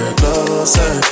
closer